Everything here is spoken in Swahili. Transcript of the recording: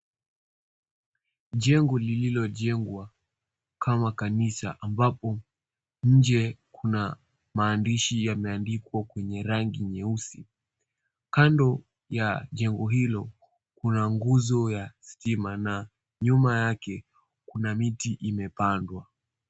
Jengo lililojengwa kama kanisa ambapo nje kuna maandishi yameandikwa kwenye rangi nyeusi. Kando ya jengo hilo kuna nguzo ya stima na nyuma yake kuna miti imepandwa.